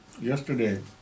Yesterday